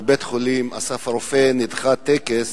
נדחה בבית-החולים "אסף הרופא" טקס